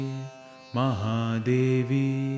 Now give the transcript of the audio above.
Mahadevi